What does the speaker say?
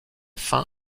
faim